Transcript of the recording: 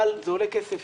אבל זה עולה כסף.